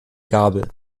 gabel